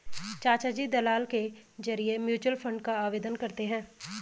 चाचाजी दलाल के जरिए म्यूचुअल फंड का आवेदन करते हैं